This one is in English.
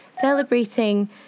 celebrating